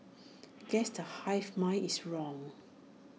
guess the hive mind is wrong